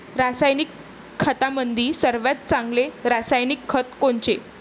रासायनिक खतामंदी सर्वात चांगले रासायनिक खत कोनचे?